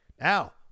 Now